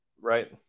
right